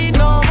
no